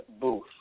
booth